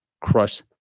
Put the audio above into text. crush